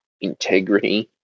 integrity